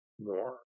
more